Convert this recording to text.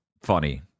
funny